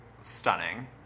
stunning